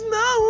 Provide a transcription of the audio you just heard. no